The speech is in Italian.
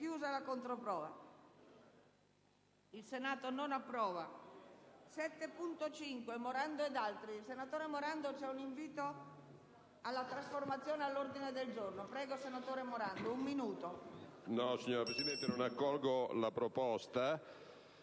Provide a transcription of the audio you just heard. **Il Senato non approva.**